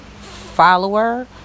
follower